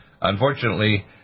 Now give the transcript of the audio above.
Unfortunately